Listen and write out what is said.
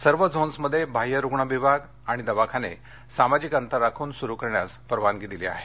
सर्व झोन्समध्ये बाह्य रुग्ण विभाग आणि दवाखाने सामाजिक अंतर राखुन सुरु करण्यास परवानगी दिली आहे